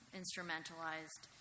instrumentalized